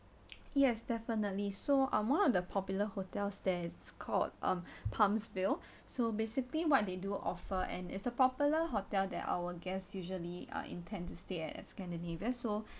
yes definitely so uh one the popular hotel there is called um pumps veil so basically what they do offer and is a popular hotel that our guests usually uh intend to stay at scandinavian so